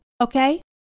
Okay